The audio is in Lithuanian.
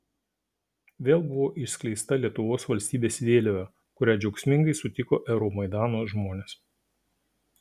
vėl buvo išskleista lietuvos valstybės vėliava kurią džiaugsmingai sutiko euromaidano žmonės